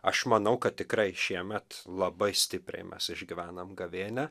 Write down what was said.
aš manau kad tikrai šiemet labai stipriai mes išgyvenam gavėnią